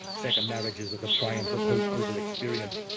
second marriages are the triumph of hope over experience.